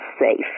safe